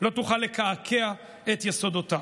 לא תוכל לקעקע את יסודותיו.